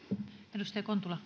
arvoisa